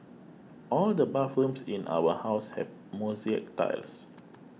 all the bathrooms in our house have mosaic tiles